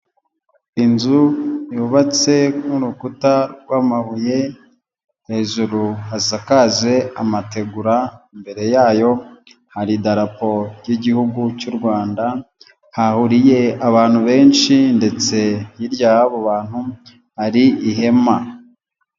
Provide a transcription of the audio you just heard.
Inzu yubatse nk'urukuta rw'amabuye, hejuru hasakaze amategura, imbere yayo hari idarapo ry'igihugu cy'u Rwanda, hahuriye abantu benshi ndetse hirya y'abo bantu hari ihema.